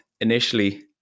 initially